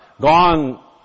gone